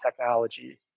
technology